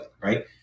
Right